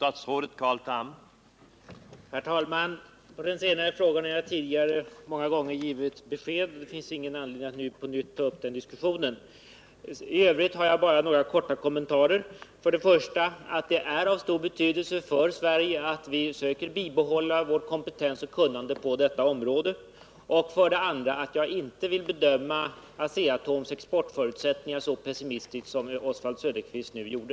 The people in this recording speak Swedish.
Herr talman! I den frågan har jag många gånger givit besked. Det finns ingen anledning att nu på nytt ta upp denna diskussion. I övrigt har jag bara ett par korta kommentarer att göra. För det första är det av stor betydelse för Sverige att vi försöker bibehålla vår kompetens och vårt kunnande på detta område. För det andra vill jag inte bedöma Asea-Atoms exportförutsättningar så pessimistiskt som Oswald Söderqvist nu gjorde.